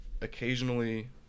occasionally